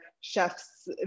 chefs